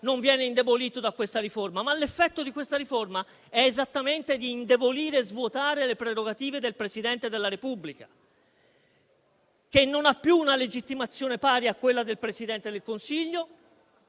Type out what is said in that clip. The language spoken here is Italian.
non viene indebolito da questa riforma, ma l'effetto di questa riforma è esattamente quello di indebolire e svuotare le prerogative del Presidente della Repubblica, che non ha più una legittimazione pari a quella del Presidente del Consiglio,